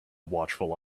watchful